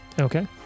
Okay